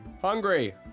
hungry